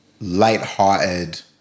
lighthearted